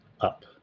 Up